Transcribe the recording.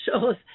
shows